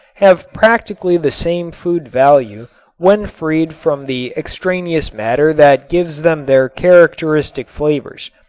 have practically the same food value when freed from the extraneous matter that gives them their characteristic flavors.